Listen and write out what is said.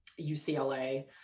UCLA